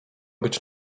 być